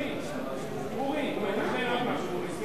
הוא מתכנן עוד משהו.